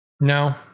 No